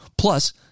Plus